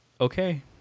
okay